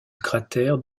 cratère